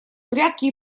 грядке